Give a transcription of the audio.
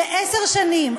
לעשר שנים,